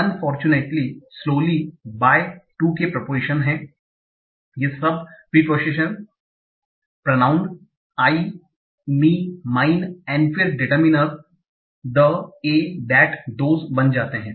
unfortunately slowly by to के proportion हैं ये सब preposition pronoun I me mine और फिर determiner the a that those बन जाते हैं